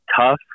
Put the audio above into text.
tough